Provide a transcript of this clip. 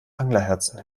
anglerherzen